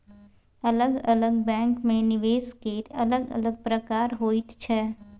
अलग अलग बैंकमे निवेश केर अलग अलग प्रकार होइत छै